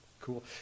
cool